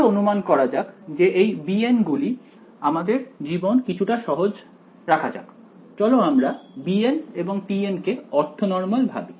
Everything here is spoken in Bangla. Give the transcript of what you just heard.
আরো অনুমান করা যাক যে এই bn গুলি কিছুটা সহজ রাখা যাক চলো আমরা bn এবং tn কে অর্থনর্মাল ভাবি